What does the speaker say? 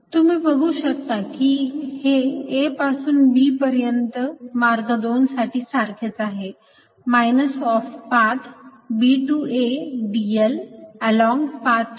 तुम्ही बघू शकता हे A पासून B पर्यंत मार्ग 2 साठी सारखेच आहे minus of path B to A d l along path 2